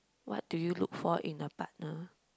what do you look for in a partner